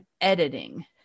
editing